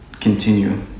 continue